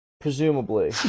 Presumably